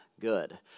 good